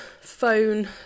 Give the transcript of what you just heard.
phone